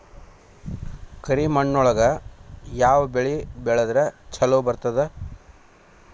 ಕರಿಮಣ್ಣೊಳಗ ಯಾವ ಬೆಳಿ ಬೆಳದ್ರ ಛಲೋ ಬರ್ತದ?